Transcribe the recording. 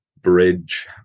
bridge